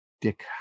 Dick